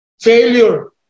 Failure